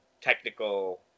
technical